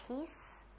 peace